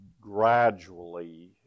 gradually